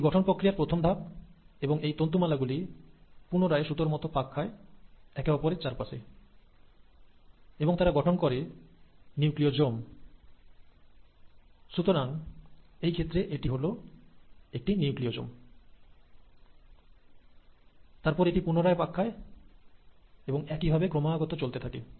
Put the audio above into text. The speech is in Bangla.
এটি গঠন প্রক্রিয়ার প্রথম ধাপ এবং এই স্ট্রিং এর বিড গুলি পুনরায় সুতোর মত পাক খায় একে অপরের চারপাশে এবং তারা গঠন করে নিউক্লিওজোম সুতরাং এই ক্ষেত্রে এটি হলো একটি নিউক্লিওজোম তারপর এটি পুনরায় পাক খায় এবং একইভাবে ক্রমাগত চলতে থাকে